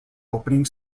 opening